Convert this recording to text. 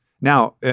Now